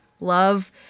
Love